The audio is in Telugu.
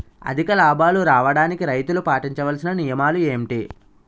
అధిక లాభాలు రావడానికి రైతులు పాటించవలిసిన నియమాలు ఏంటి